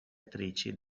attrici